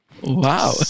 Wow